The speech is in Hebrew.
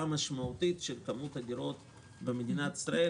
משמעותית של כמות הדירות במדינת ישראל,